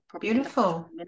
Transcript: Beautiful